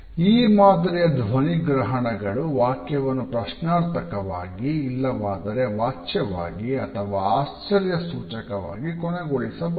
ಈ ಮಾದರಿಯ ಧ್ವನಿ ಗ್ರಹಣಗಳು ವಾಕ್ಯವನ್ನು ಪ್ರಶ್ನಾರ್ಥಕವಾಗಿ ಇಲ್ಲವಾದರೆ ವಾಚ್ಯವಾಗಿ ಅಥವಾ ಆಶ್ಚರ್ಯಸೂಚಕವಾಗಿ ಕೊನೆಗೊಳಿಸಬಹುದು